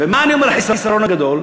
מה, אני אומר, החיסרון הגדול?